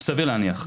סביר להניח.